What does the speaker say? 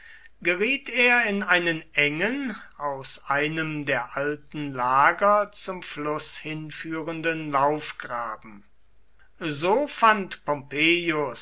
geriet er in einen engen aus einem der alten lager zum fluß hingeführten laufgraben so fand pompeius